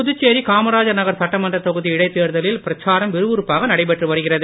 புதுச்சேரி காமராஜர் நகர் சட்டமன்றத் தொகுதி இடைத்தேர்தலில் பிரச்சாரம் விறுவிறுப்பாக நடைபெற்று வருகிறது